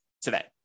today